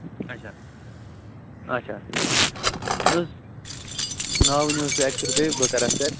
اَچھا اَچھا نہٕ حظ ناو ؤنِوٗ حظ تُہۍ اَکہِ پھِرِ بیٚیہِ بہٕ کَرٕ اَتھ چیک